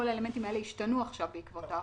כל האלמנטים האלה השתנו עכשיו בעקבות ההחלטה.